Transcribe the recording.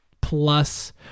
plus